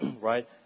right